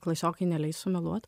klasiokai neleis sumeluot